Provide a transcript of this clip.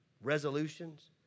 resolutions